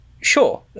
Sure